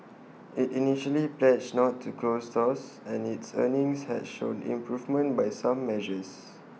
IT initially pledged not to close stores and its earnings had shown improvement by some measures